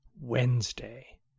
Wednesday